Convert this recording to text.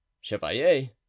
chevalier